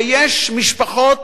ויש משפחות,